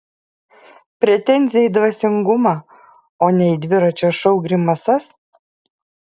pretenzija į dvasingumą o ne į dviračio šou grimasas